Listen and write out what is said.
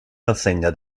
enseigna